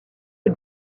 est